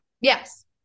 yes